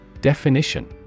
Definition